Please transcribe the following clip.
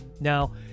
Now